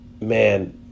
man